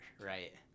right